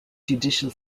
judicial